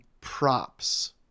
props